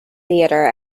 theater